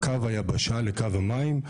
בין קו היבשה וקו המים,